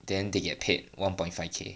then they get paid one point five K